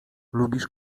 lubisz